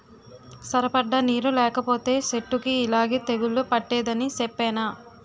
సరిపడా నీరు లేకపోతే సెట్టుకి యిలాగే తెగులు పట్టేద్దని సెప్పేనా?